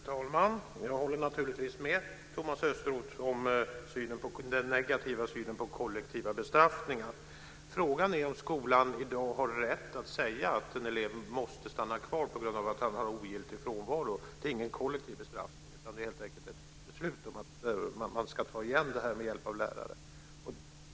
Fru talman! Jag håller naturligtvis med Thomas Östros om det negativa med kollektiva bestraffningar. Frågan är om skolan i dag har rätt att säga att en elev måste stanna kvar på grund av att han eller hon har ogiltig frånvaro. Det är ingen kollektiv bestraffning, utan det är helt enkelt ett beslut om att eleven ska ta igen tiden med hjälp av lärare.